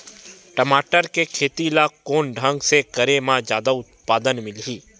टमाटर के खेती ला कोन ढंग से करे म जादा उत्पादन मिलही?